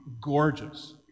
gorgeous